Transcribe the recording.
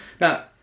Now